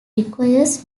requires